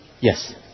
Yes